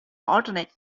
alternate